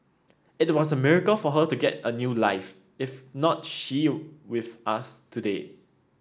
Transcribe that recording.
it was a miracle for her to get a new life if not she with us today